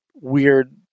weird